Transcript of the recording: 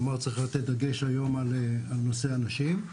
כלומר, צריך לתת דגש היום על נושא הנשים.